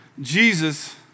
Jesus